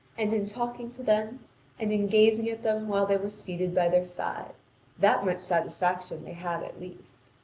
and in talking to them and in gazing at them while they were seated by their side that much satisfaction they had at least.